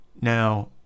now